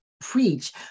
preach